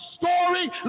story